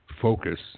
focus